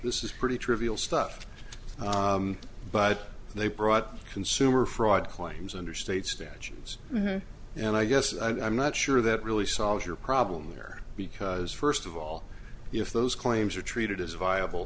this is pretty trivial stuff but they brought consumer fraud claims under state statutes and i guess i've not sure that really solves your problem there because first of all if those claims are treated as viable